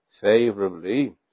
favorably